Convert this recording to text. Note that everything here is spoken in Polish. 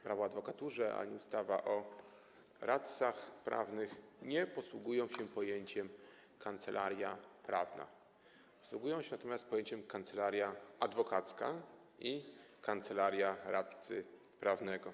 Prawo o adwokaturze, ani ustawa o radcach prawnych nie posługują się pojęciem „kancelaria prawna”, posługują się natomiast pojęciami „kancelaria adwokacka” i „kancelaria radcy prawnego”